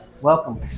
welcome